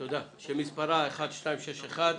מ/1261.